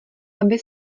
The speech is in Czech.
aby